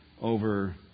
over